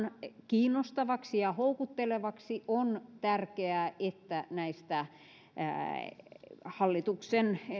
kiinnostavaksi ja houkuttelevaksi on tärkeää että näistä hallituksen